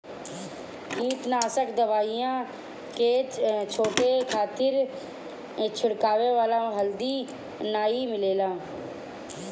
कीटनाशक दवाई के छींटे खातिर छिड़के वाला मशीन हाल्दी नाइ मिलेला